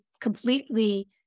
completely